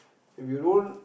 if you don't